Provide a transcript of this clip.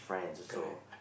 correct